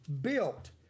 built